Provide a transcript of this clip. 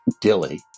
Dilly